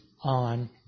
on